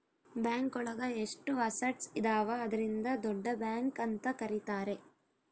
bank ಒಳಗ ಎಷ್ಟು assets ಇದಾವ ಅದ್ರಿಂದ ದೊಡ್ಡ ಬ್ಯಾಂಕ್ ಅಂತ ಕರೀತಾರೆ